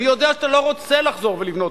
אני יודע שאתה לא רוצה לחזור ולבנות,